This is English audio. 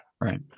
right